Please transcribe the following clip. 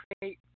create